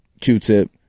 Q-Tip